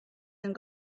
and